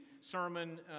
sermon